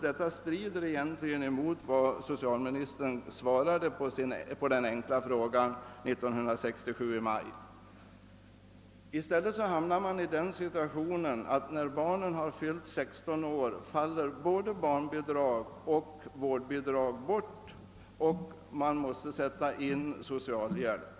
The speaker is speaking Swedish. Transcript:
Detta strider mot vad socialministern uttalade i sitt svar på den enkla frågan i maj 1967. I stället hamnar man i den situationen att när barnen har fyllt 16 år faller både barnbidrag och vårdbidrag bort, och man måste sätta in socialhjälp.